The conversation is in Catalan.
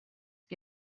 que